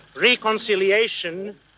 reconciliation